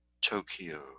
Tokyo